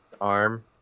arm